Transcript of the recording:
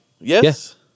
Yes